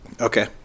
Okay